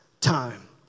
time